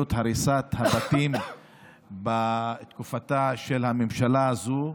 מדיניות הריסת הבתים בתקופתה של הממשלה הזו,